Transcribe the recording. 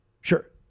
sure